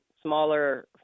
Smaller